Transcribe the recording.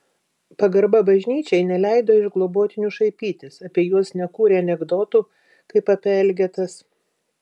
pagarba bažnyčiai neleido iš globotinių šaipytis apie juos nekūrė anekdotų kaip apie elgetas